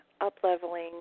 up-leveling